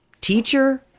teacher